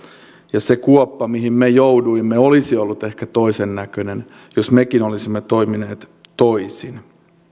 ja se kuoppa mihin me jouduimme olisi ollut ehkä toisen näköinen jos mekin olisimme toimineet toisin